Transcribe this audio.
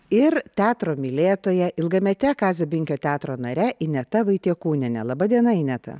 ir teatro mylėtoja ilgamete kazio binkio teatro nare ineta vaitiekūniene laba diena ineta